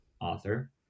author